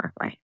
right